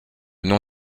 nom